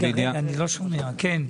בידיעה